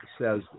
says